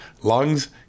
lungs